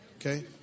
Okay